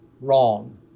wrong